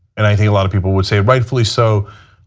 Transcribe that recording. and i think a lot of people would say rightfully so.